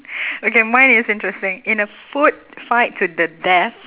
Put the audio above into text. okay mine is interesting in a food fight to the death